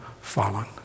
fallen